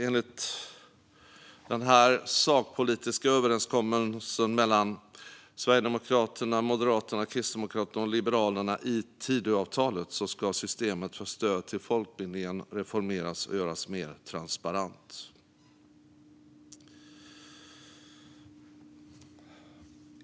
Enligt den sakpolitiska överenskommelsen mellan Sverigedemokraterna, Moderaterna, Kristdemokraterna och Liberalerna i Tidöavtalet ska systemet för stöd till folkbildningen reformeras och göras mer transparent.